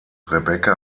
rebecca